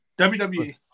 WWE